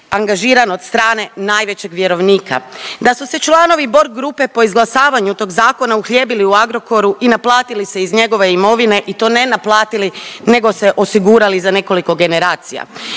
angažiran od strane najvećeg vjerovnika, da su se članovi Borg grupe po izglasavanju tog zakona uhljebili u Agrokoru i naplatili se iz njegove imovine i to ne naplatili nego se osigurali za nekoliko generacija,